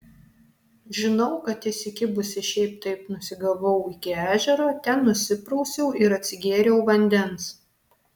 žinau kad įsikibusi šiaip taip nusigavau iki ežero ten nusiprausiau ir atsigėriau vandens